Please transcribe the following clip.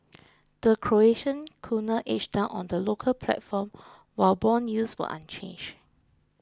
the Croatian kuna edged down on the local platform while bond yields were unchanged